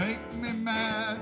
make me mad